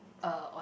uh on